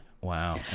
wow